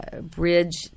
bridge